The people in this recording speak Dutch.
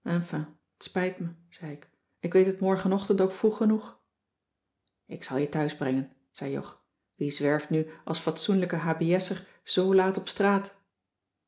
t spijt me zei ik ik weet het morgenochtend ook vroeg genoeg ik zal je thuisbrengen zei jog wie zwerft nu als fatsoenlijke h b s er zoo laat op straat